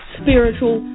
spiritual